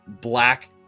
black